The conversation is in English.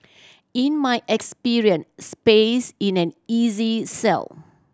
in my experience space is an easy sell